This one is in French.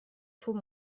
faut